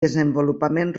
desenvolupament